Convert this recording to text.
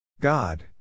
God